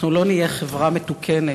אנחנו לא נהיה חברה מתוקנת.